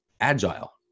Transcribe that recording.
agile